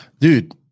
dude